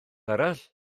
arall